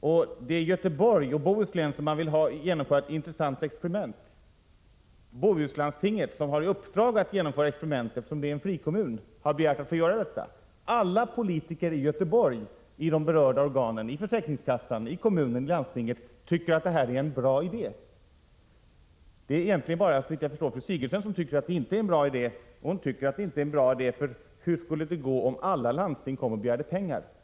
Det är i Göteborgs och Bohus län som man vill genomföra ett intressant experiment. Bohuslandstinget, som har i uppdrag att genomföra experiment, eftersom det är en frikommun, har begärt att få göra detta. Alla politiker i de berörda organen i Göteborg —i försäkringskassan, i kommunen och i landstinget — tycker att det här är en bra idé. Det är såvitt jag förstår egentligen bara fru Sigurdsen som tycker att det inte är en bra idé. Hur skulle det gå om alla landsting kom och begärde pengar? säger hon.